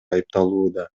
айыпталууда